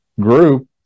group